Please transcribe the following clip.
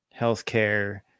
healthcare